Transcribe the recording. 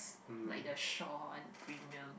like the Shaw and premium